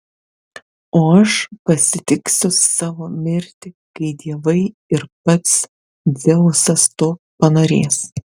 o aš pasitiksiu savo mirtį kai dievai ir pats dzeusas to panorės